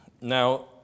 Now